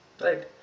right